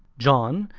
john,